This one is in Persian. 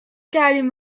کردیم